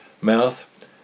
mouth